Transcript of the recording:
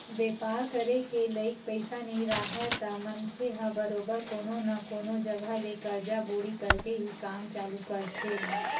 बेपार करे के लइक पइसा नइ राहय त मनखे ह बरोबर कोनो न कोनो जघा ले करजा बोड़ी करके ही काम चालू करथे